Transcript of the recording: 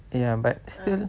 ya but still